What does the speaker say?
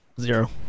Zero